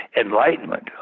enlightenment